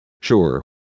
Sure